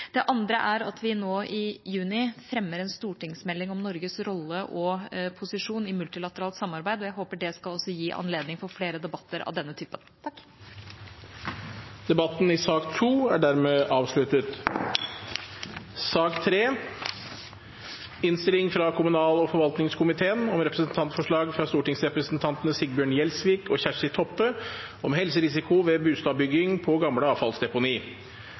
Det andre er at vi nå i juni fremmer en stortingsmelding om Norges rolle og posisjon i multilateralt samarbeid. Jeg håper det skal gi anledning til flere debatter av denne typen. Debatten i sak nr. 2 er dermed avsluttet. Etter ønske fra kommunal- og forvaltningskomiteen vil presidenten foreslå at taletiden blir begrenset til 3 minutter til hver partigruppe og